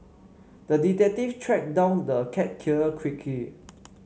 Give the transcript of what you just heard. the detective tracked down the cat killer quickly